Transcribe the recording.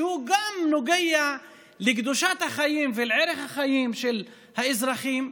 שגם הוא נוגע לקדושת החיים ולערך החיים של האזרחים,